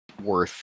worth